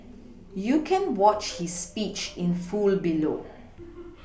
you can watch his speech in full below